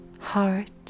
heart